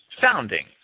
founding